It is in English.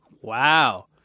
wow